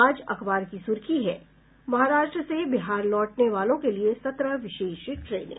आज अखबार की सुर्खी है महाराष्ट्र से बिहार लौटने वालों के लिए सत्रह विशेष ट्रेनें